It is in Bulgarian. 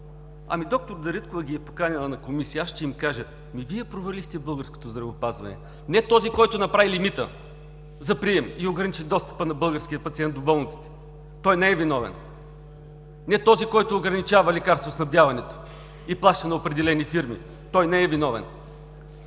лоши. Доктор Дариткова ги е поканила на Комисията. Ще им кажа: „Вие провалихте българското здравеопазване, не този, който направи лимита за прием и ограничи достъпа на българския пациент до болниците. Той не е виновен. Не е виновен този, който ограничава лекарствоснабдяването и плаща на определени фирми. Той не е виновен.“